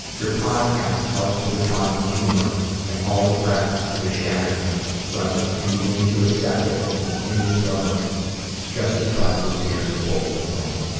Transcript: your podcast helps me to find the humor and all the crap that has shattered me so i can begin to accept it and continue struggling just to try to appear normal.